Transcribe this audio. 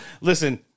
listen